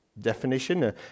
definition